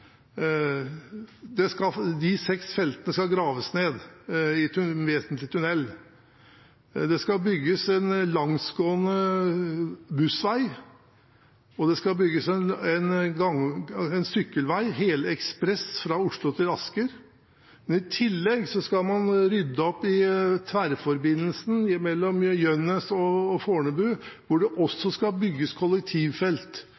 feltene skal graves ned, vesentlig i tunell. Det skal bygges en langsgående bussvei, og det skal bygges en sykkelvei helekspress fra Oslo til Asker. Men i tillegg skal man rydde opp i tverrforbindelsen mellom Gjønnes og Fornebu, hvor det også skal bygges kollektivfelt,